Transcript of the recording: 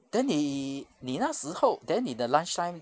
then 你你那时候 then 你的 lunchtime